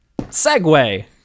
Segway